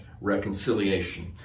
reconciliation